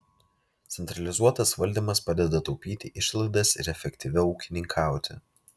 centralizuotas valdymas padeda taupyti išlaidas ir efektyviau ūkininkauti